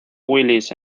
willis